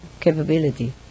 capability